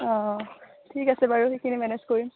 অঁ ঠিক আছে বাৰু সেইখিনি মেনেজ কৰিম